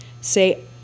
Say